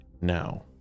now